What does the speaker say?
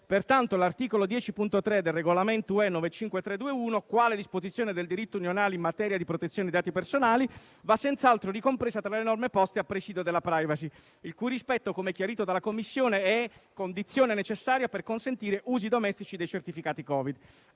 pertanto l'articolo 10.3 del Regolamento UE 953 del 2021, quale disposizione del diritto unionale in materia di protezione dei dati personali, va senz'altro ricompreso tra le norme poste a presidio della *privacy*, il cui rispetto - come chiarito dalla Commissione - è condizione necessaria per consentire usi "domestici" dei certificati Covid;